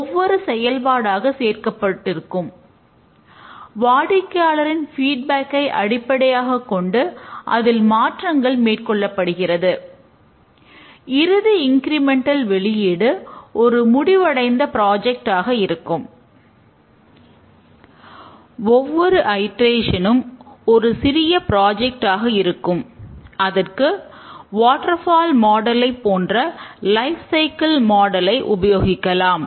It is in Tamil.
ஒவ்வொரு ஐட்ரேஷனும் உபயோகிக்கலாம்